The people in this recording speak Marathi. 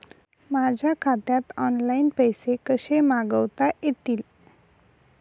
माझ्या खात्यात ऑनलाइन पैसे कसे मागवता येतील?